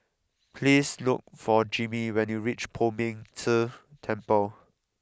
please look for Jimmy when you reach Poh Ming Tse Temple